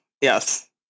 yes